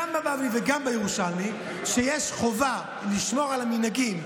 גם בבבלי וגם בירושלמי שיש חובה לשמור על המנהגים,